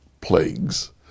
plagues